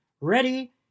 Ready